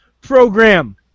Program